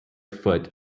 foot